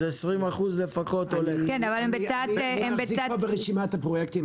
אז 20% לפחות הולך לחברה הערבית.